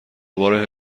بار